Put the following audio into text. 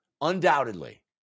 undoubtedly